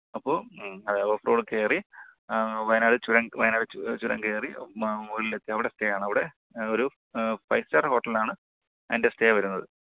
അപ്പോൾ off road കയറി വയനാട് ചുരം വയനാട് ചു ചുരം കയറി മുകളിലെത്തി അവിടെ സ്റ്റേയാണ് അവിടെ ഒരു ഫൈവ് സ്റ്റാർ ഹോട്ടലാണ് അതിൻ്റെ സ്റ്റേ വരുന്നത്